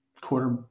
quarter